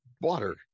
water